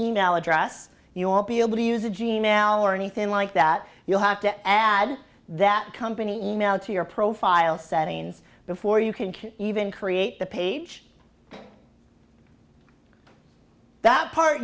email address you all be able to use a gene now or anything like that you'll have to add that company email to your profile settings before you can even create the page that part